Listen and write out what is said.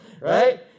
right